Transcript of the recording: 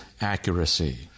accuracy